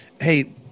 Hey